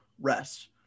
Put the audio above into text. rest